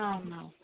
అవునవును